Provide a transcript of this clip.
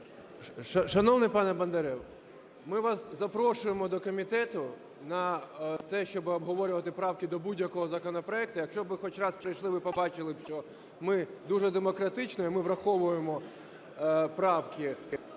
Шановний пане Бондарєв, ми вас запрошуємо до комітету на те, щоб обговорювати правки до будь-якого законопроекту. Якщо б ви хоч раз прийшли, ви побачили б, що ми дуже демократично, і ми враховуємо правки.